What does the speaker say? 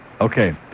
Okay